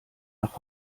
nach